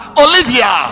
olivia